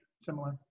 similar